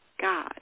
God